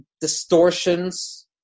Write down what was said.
distortions